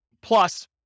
plus